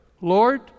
Lord